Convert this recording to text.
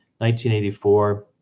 1984